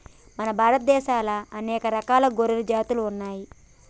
మన భారత దేశంలా అనేక రకాల గొర్రెల జాతులు ఉన్నయ్యి